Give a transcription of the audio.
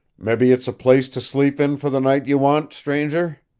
mebby it's a place to sleep in for the night you want, stranger?